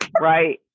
Right